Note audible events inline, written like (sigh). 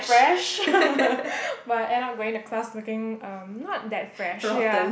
fresh (laughs) but I end up going to class looking um not that fresh ya